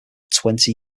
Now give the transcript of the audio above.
twenty